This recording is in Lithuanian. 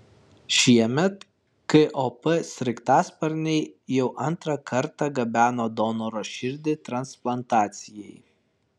šiemet kop sraigtasparniai jau antrą kartą gabeno donoro širdį transplantacijai